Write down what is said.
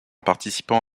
participant